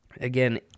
again